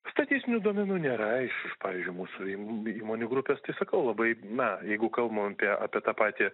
statistinių duomenų nėra iš iš pavyzdžiui mūsų įmonių grupės tai sakau labai na jeigu kalbam apie apie tą patį